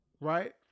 right